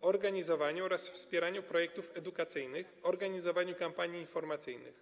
organizowaniu oraz wspieraniu projektów edukacyjnych, organizowaniu kampanii informacyjnych.